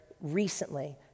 recently